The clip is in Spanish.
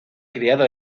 criado